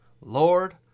Lord